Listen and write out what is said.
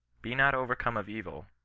be not overcome of evil,